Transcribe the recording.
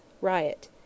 riot